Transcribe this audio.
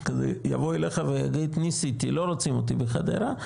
יבוא אליך ויגיד: לא רוצים אותי בחדרה,